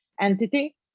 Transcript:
entity